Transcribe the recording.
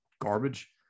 garbage